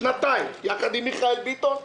יחד עם מיכאל ביטון,